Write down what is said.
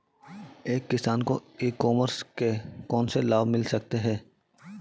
एक किसान को ई कॉमर्स के कौनसे लाभ मिल सकते हैं?